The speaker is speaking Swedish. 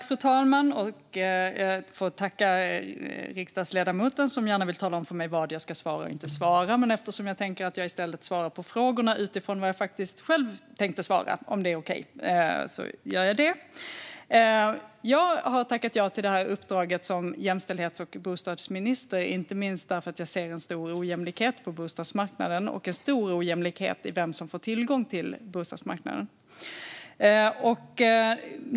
Fru talman! Jag tackar riksdagsledamoten, som gärna vill tala om för mig vad jag ska svara eller inte svara. Men jag tänker i stället svara på frågorna utifrån vad jag själv har för uppfattning, och om det är okej så gör jag så. Jag har tackat ja till uppdraget som jämställdhets och bostadsminister inte minst därför att jag ser en stor ojämlikhet på bostadsmarknaden och en stor ojämlikhet i vem som får tillgång till bostadsmarknaden.